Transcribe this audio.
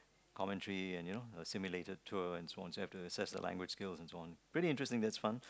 commentary and you know a simulated tour and so on so I have to assess their language skills and so on pretty interesting it's fun